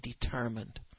determined